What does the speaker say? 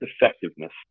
effectiveness